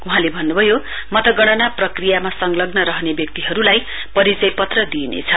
वहाँले भन्नुभयो मतगणना प्रक्रिया संलग्न रहने व्यक्तिहरूलाई परिचय पत्र दिइनेछ